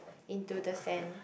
into the sand